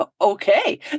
Okay